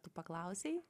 tu paklausei